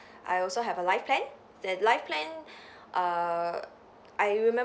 I also have a life plan that life plan err I remembered